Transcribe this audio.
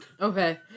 Okay